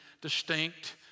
distinct